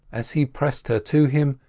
as he pressed her to him,